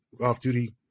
Off-Duty